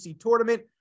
tournament